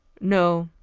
no,